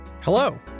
Hello